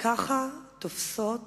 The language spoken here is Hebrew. ככה תופסת